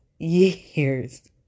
years